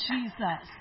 Jesus